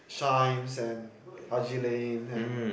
chijmes and haji lane and